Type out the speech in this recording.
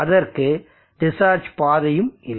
அதற்கு டிஸ்சார்ஜ் பாதையும் இல்லை